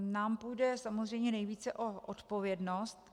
Nám půjde samozřejmě nejvíce o odpovědnost.